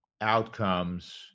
outcomes